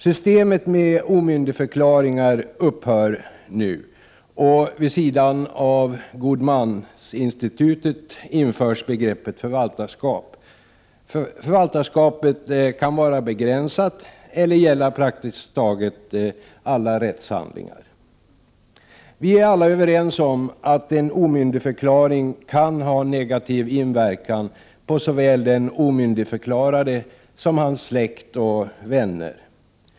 Systemet med omyndigförklaringar upphör nu. Vid sidan av godmansinstitutet införs begreppet förvaltarskap. Förvaltarskapet kan vara begränsat eller gälla för praktiskt taget alla rättshandlingar. Vi är alla överens om att en omyndigförklaring kan ha negativ inverkan på såväl den omyndigförklarade som dennes släkt och vänner.